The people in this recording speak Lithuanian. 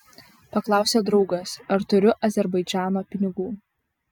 paklausė draugas ar turiu azerbaidžano pinigų